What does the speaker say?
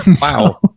Wow